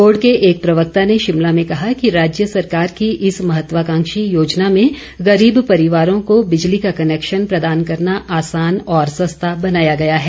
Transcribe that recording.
board के एक प्रवक्ता ने शिमला में कहा कि राज्य सरकार की इस महत्वकांक्षी योजना में गरीब परिवारों को बिजली का कनैक्शन प्रदान करना आसान और सस्ता बनाया गया है